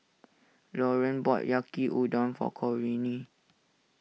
Laureen bought Yaki Udon for Corinne